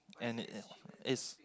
and it it's